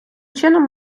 чином